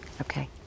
Okay